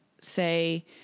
say